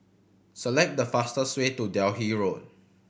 select the fastest way to Delhi Road